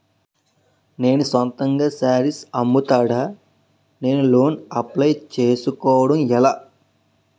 నేను సొంతంగా శారీస్ అమ్ముతాడ, నేను లోన్ అప్లయ్ చేసుకోవడం ఎలా?